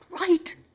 right